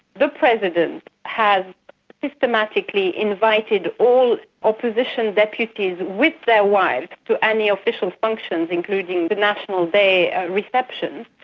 the president has systematically invited all opposition deputies with their wives to any official functions, including the national day reception,